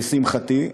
לשמחתי,